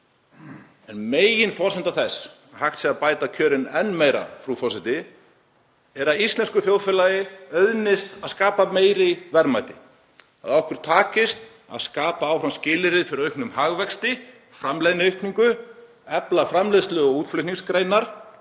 En meginforsenda þess að hægt sé að bæta kjörin enn meira, frú forseti, er að íslensku þjóðfélagi auðnist að skapa meiri verðmæti, að okkur takist að skapa áfram skilyrði fyrir auknum hagvexti, framleiðniaukningu, efla framleiðslu og útflutningsgreinar